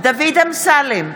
דוד אמסלם,